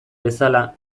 bezala